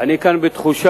אני כאן בתחושה